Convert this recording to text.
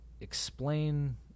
explain